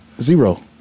Zero